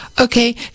Okay